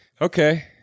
Okay